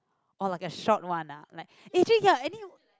or like a short one ah like eh actually ya any